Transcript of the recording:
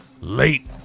Late